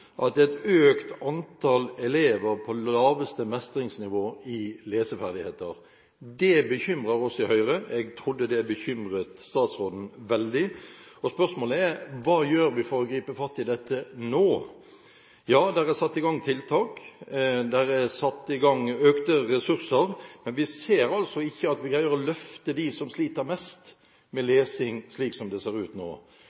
at det er et økt antall elever på laveste mestringsnivå i leseferdigheter. Det bekymrer oss i Høyre, og jeg trodde det bekymret statsråden veldig. Spørsmålet er: Hva gjør vi for å gripe fatt i dette nå? Ja, det er satt i gang tiltak, det er satt i gang økte ressurser, men vi ser altså ikke at vi greier å løfte dem som sliter mest med